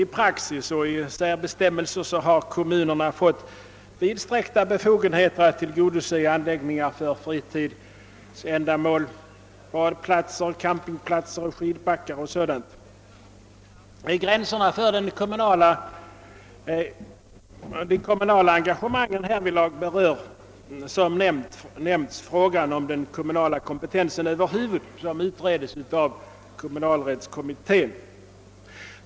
I praxis och genom särbestämmelser har kommunerna fått vidsträckta befogenheter att tillgodose behovet av anläggningar för fritidsändamål: badplatser, campingplatser, skidbackar och sådant. Gränserna för de kommunala engagemangen härvidlag berör dock, såsom tidigare nämnts, frågan om den kommunala kompetensen över huvud, som utreds av kommunalrättskommittén.